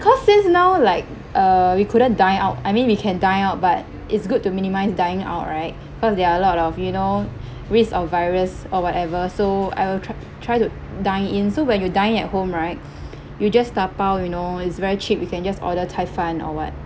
cause is now like uh we couldn't dine out I mean we can dine out but it's good to minimise dining out right cause there are a lot of you know risk of virus or whatever so I will tr~ try to dine in so when you're dining at home right you just tabao you know is very cheap you can just order cai fan or what